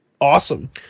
awesome